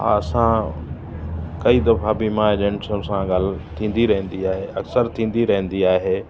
हा असां कई दफ़ा बीमा एजेंसियूं सां ॻाल्हि थींदी रहंदी आहे असरु थींदी रहंदी आहे